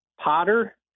Potter